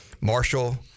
Marshall